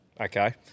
okay